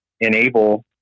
enable